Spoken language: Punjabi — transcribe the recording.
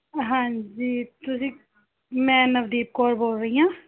ਹਾਂਜੀ ਤੁਸੀਂ ਮੈਂ ਨਵਦੀਪ ਕੌਰ ਬੋਲ ਰਹੀ ਹਾਂ